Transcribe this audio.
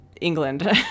England